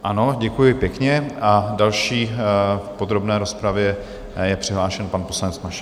Ano, děkuji pěkně, a další v podrobné rozpravě je přihlášen pan poslanec Mašek.